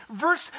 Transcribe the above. Verse